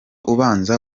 ubanza